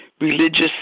religious